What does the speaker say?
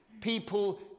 people